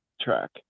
track